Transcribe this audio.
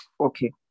Okay